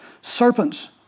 Serpents